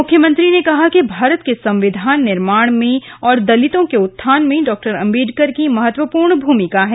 मुख्यमंत्री ने कहा कि भारत के संविधान निर्माण में और दलितों के उत्थान में डॉ अम्बेडकर की महत्वपूर्ण भूमिका है